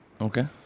Okay